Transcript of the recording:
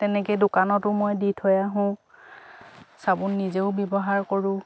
তেনেকৈ দোকানতো মই দি থৈ আহোঁ চাবোন নিজেও ব্যৱহাৰ কৰোঁ